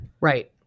Right